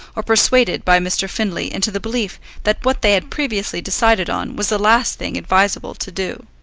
or persuaded by mr. findlay into the belief that what they had previously decided on was the last thing advisable to do.